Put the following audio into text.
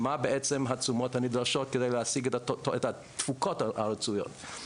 מה בעצם התשומות הנדרשות כדי להשיג את התפוקות הרצויות.